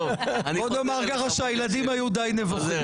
בוא נאמר ככה, שהילדים היו די נבוכים.